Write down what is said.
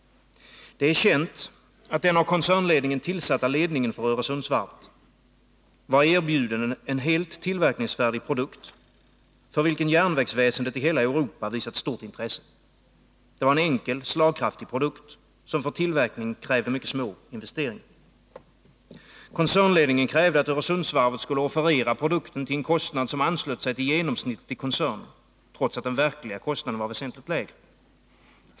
Det är känt att den av koncernledningen tillsatta ledningen för Öresundsvarvet var erbjuden en helt tillverkningsfärdig produkt, för vilken järnvägsväsendet i hela Europa visat stort intresse. Det var en enkel, slagkraftig produkt som för tillverkning krävde mycket små investeringar. Koncernledningen krävde att Öresundsvarvet skulle offerera produkten till en kostnad som anslöt sig till genomsnittet i koncernen, trots att den verkliga kostnaden var väsentligt lägre.